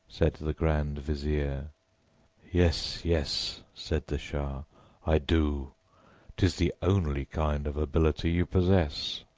said the grand vizier yes, yes, said the shah i do tis the only kind of ability you possess.